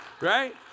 Right